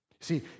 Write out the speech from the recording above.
see